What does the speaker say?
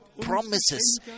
promises